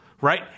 Right